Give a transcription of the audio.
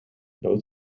both